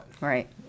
Right